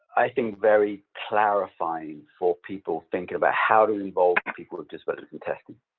i think, very clarifying for people thinking about how to involve people with disabilities in testing.